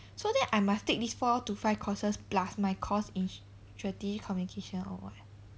so then I must take this four to five courses plus my course in strategic communication or what